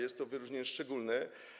Jest to wyróżnienie szczególne.